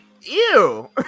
Ew